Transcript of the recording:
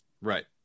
Right